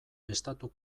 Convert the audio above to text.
estatu